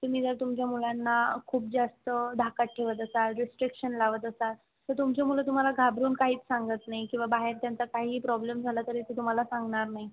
तुम्ही जर तुमच्या मुलांना खूप जास्त धाकात ठेवत असाल रिट्रीक्शन लावत असाल तर तुमची मुलं तुम्हाला घाबरून काहीच सांगत नाही किंवा बाहेरच्यांचा काहीही प्रॉब्लेम झाला तरी ते तुम्हाला सांगणार नाही